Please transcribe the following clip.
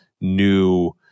new